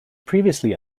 previously